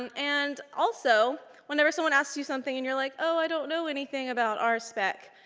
and and also, whenever someone asks you something and you're like, oh, i don't know anything about um rspec.